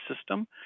system